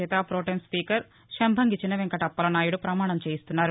చేత pro tem speaker శంభంగి చినవెంకట అప్పలనాయుడు పమాణం చేయిస్తున్నారు